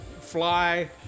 fly